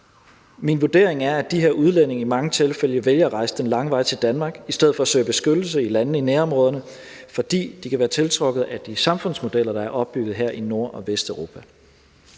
Min vurdering er, at de her udlændinge i mange tilfælde vælger at rejse den lange vej til Danmark i stedet for at søge beskyttelse i landene i nærområderne, fordi de kan være tiltrukket af de samfundsmodeller, der er opbygget her i Nord- og Vesteuropa.